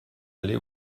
allés